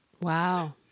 Wow